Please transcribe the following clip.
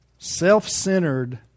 Self-centered